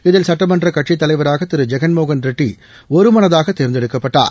இதில் சட்டமன்ற கட்சித் தலைவராக திரு ஜெகன்மோகன் ரெட்டி ஒருமனதாக தேர்ந்தெடுக்கப்பட்டார்